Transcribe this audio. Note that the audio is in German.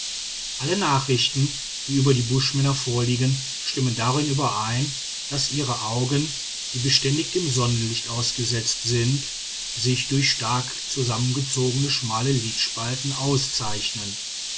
alle nachrichten die über die buschmänner vorliegen stimmen darin überein daß ihre augen die beständig dem sonnenlicht ausgesetzt sind sich durch stark zusammengezogene schmale lidspalten auszeichnen